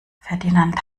ferdinand